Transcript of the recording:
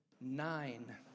nine